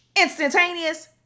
Instantaneous